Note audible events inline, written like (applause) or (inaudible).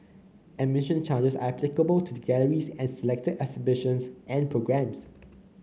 admission charges are applicable to the galleries and selected exhibitions and (noise) programmes